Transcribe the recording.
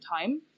time